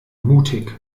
mutig